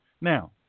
Now